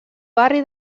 barri